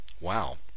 Wow